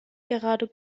gerade